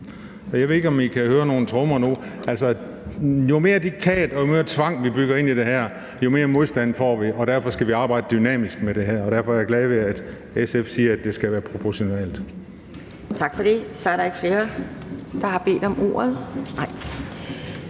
Jeg ved ikke, om I kan høre nogle trommer nu. Jo mere diktat og tvang, vi bygger ind i det her, jo mere modstand får vi, og derfor skal vi arbejde dynamisk med det her. Derfor er jeg glad ved, at SF siger, at det skal være proportionalt. Kl. 10:32 Anden næstformand (Pia Kjærsgaard):